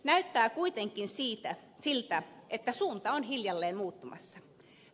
näyttää kuitenkin siltä että suunta on hiljalleen muuttumassa